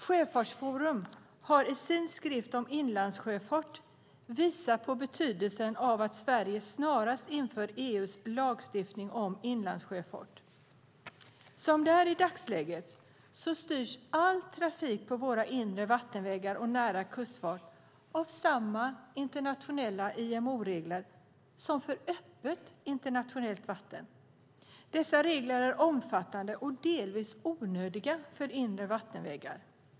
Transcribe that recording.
Sjöfartsforum har i sin skrift om inlandssjöfart visat på betydelsen av att Sverige snarast inför EU:s lagstiftning om inlandssjöfart. Som det är i dagsläget styrs all trafik på våra inre vattenvägar och nära kustfart av samma internationella IMO-regler som för öppet internationellt vatten. Dessa regler är omfattande och delvis onödiga för inre vattenvägar.